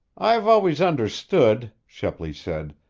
i've always understood, shepley said,